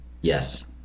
yes